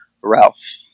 Ralph